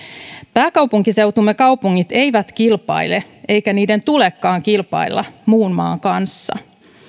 pääkaupunkiseutumme kaupungit eivät kilpaile eikä niiden tulekaan kilpailla muun maan kanssa